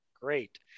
Great